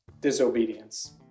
disobedience